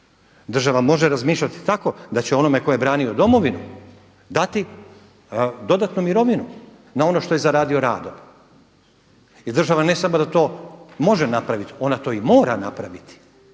Država može razmišljati tako da će onome tko je branio Domovinu dati dodatnu mirovinu na ono što je zaradio radom. I država ne samo da to može napraviti, ona to i mora napraviti.